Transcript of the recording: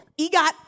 EGOT